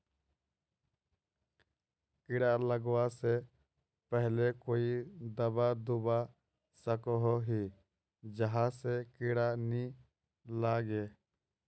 कीड़ा लगवा से पहले कोई दाबा दुबा सकोहो ही जहा से कीड़ा नी लागे?